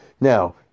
Now